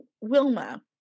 wilma